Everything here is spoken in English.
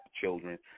children